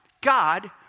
God